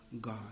God